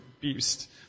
beast